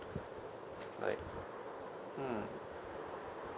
like hmm